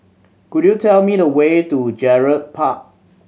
could you tell me the way to Gerald Park